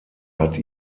hat